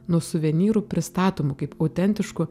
nuo suvenyrų pristatomų kaip autentiškų